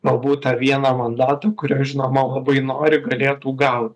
galbūt tą vieną mandatą kurio žinoma labai nori galėtų gaut